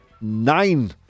Nine